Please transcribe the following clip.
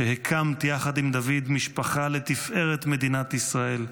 שהקמת יחד עם דוד משפחה לתפארת מדינת ישראל,